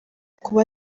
kuba